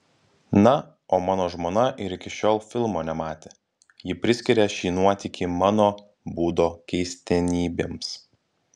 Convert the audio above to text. na o mano žmona ir iki šiol filmo nematė ji priskiria šį nuotykį mano būdo keistenybėms